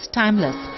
timeless